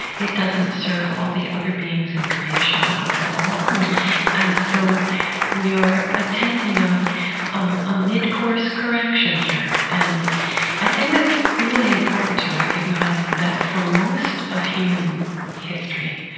it doesn't serve all the other beings in creation well at all and so we are attempting a um ah mid-course correction here. and i think that it's really important to recognize, that for most of human history,